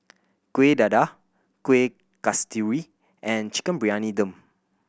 Kuih Dadar Kueh Kasturi and Chicken Briyani Dum